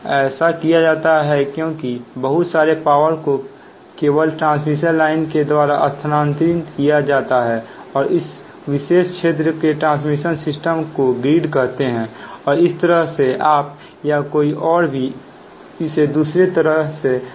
ऐसा किया जाता है क्योंकि बहुत सारे पावर को केवल ट्रांसमिशन लाइन के द्वारा स्थानांतरित किया जाता है उस विशेष क्षेत्र के ट्रांसमिशन सिस्टम को ग्रीड कहते हैं और इस तरह से आप या कोई और भी इसे दूसरी तरह से परिभाषित कर सकता है